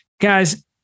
Guys